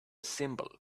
symbol